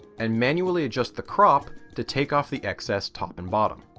and manually adjust the crop to take off the excess top and bottom.